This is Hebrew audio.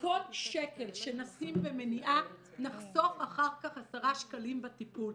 כל שקל שנשים במניעה נחסוך אחר כך 10 שקלים בטיפול.